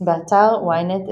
באתר ynet,